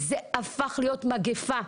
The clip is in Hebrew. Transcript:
זה הפך להיות מגפה.